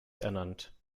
ernannt